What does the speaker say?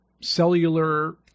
cellular